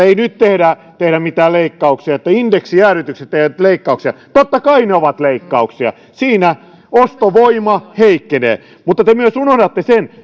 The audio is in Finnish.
ei nyt tehdä mitään leikkauksia että indeksijäädytykset eivät ole leikkauksia totta kai ne ovat leikkauksia siinä ostovoima heikkenee mutta te myös unohdatte sen